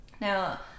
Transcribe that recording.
Now